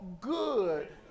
good